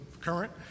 current